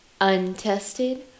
untested